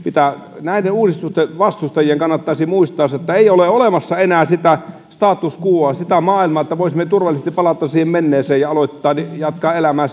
näiden uudistusten vastustajien kannattaisi muistaa se ettei ole olemassa enää sitä status quoa sitä maailmaa että voisimme turvallisesti palata siihen menneeseen ja jatkaa elämää